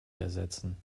ersetzen